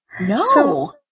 No